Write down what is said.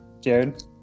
Jared